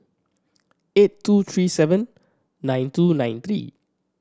eight two three seven nine two nine three